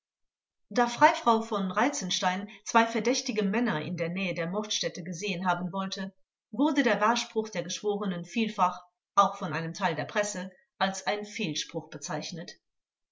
da freifrau v reitzenstein zwei verdächtige männer in der nähe der mordstätte gesehen haben wollte wurde der wahrspruch der geschworenen vielfach auch von einem teil der presse als ein fehlspruch bezeichnet